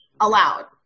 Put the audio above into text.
allowed